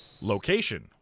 location